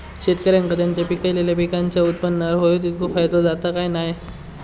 शेतकऱ्यांका त्यांचा पिकयलेल्या पीकांच्या उत्पन्नार होयो तितको फायदो जाता काय की नाय?